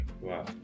Wow